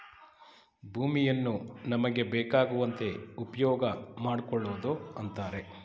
ಭೂಮಿಯನ್ನು ನಮಗೆ ಬೇಕಾಗುವಂತೆ ಉಪ್ಯೋಗಮಾಡ್ಕೊಳೋದು ಅಂತರೆ